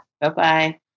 bye-bye